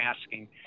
asking